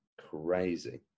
crazy